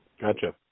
gotcha